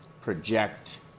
project